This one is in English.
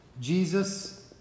Jesus